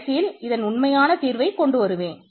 கடைசியில் இதன் உண்மையான தீர்வை கொண்டுவருவேன்